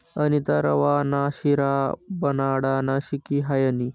अनीता रवा ना शिरा बनाडानं शिकी हायनी